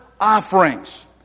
offerings